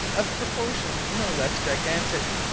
of proportions no less gigantic.